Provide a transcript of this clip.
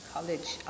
College